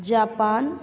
Japan